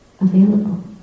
available